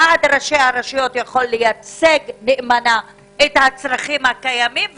ועד ראשי הרשויות יכול לייצג נאמנה את הצרכים הקיימים,